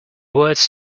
words